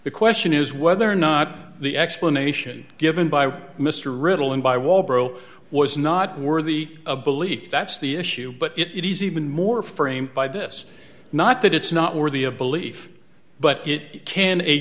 the question is whether or not the explanation given by mr riddle and by wall bro was not worthy of belief that's the issue but it is even more framed by this not that it's not worthy of belief but it can a